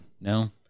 No